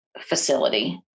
facility